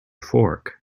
fork